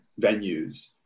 venues